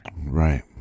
Right